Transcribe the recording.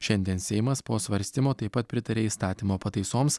šiandien seimas po svarstymo taip pat pritarė įstatymo pataisoms